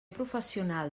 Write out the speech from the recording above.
professional